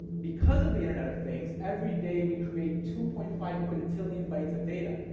because of the internet of things, every day we create two point five quintillion bites of data.